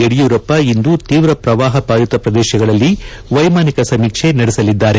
ಯಡಿಯೂರಪ್ಪ ಇಂದು ತೀವ್ರ ಪ್ರವಾಹ ಬಾಧಿತ ಪ್ರದೇಶಗಳಲ್ಲಿ ವೈಮಾನಿಕ ಸಮೀಕ್ಷೆ ನಡೆಸಲಿದ್ದಾರೆ